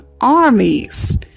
armies